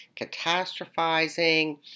catastrophizing